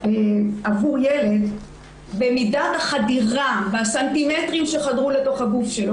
עבור ילד במידת החדירה והסנטימטרים שחדרו לתוך הגוף שלו.